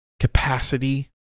capacity